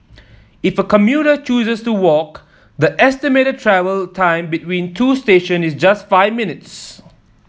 if a commuter chooses to walk the estimated travel time between two station is just five minutes